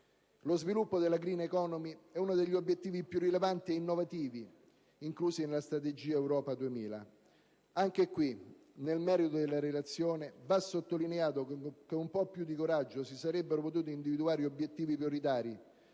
Lo sviluppo della *green economy* è uno degli obiettivi più rilevanti e innovativi inclusi nella strategia «Europa 2020». Anche qui, nel merito della relazione, va sottolineato che con un po' più di coraggio si sarebbero potuti individuare obiettivi prioritari